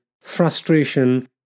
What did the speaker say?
frustration